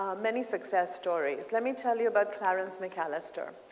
many success stories. let me tell you about clarence mcallister.